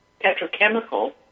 petrochemical